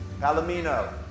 Palomino